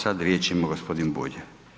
Sad riječ ima gospodin Bulj.